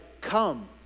come